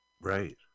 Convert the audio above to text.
Right